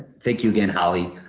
thank you again, holly.